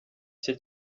cye